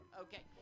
Okay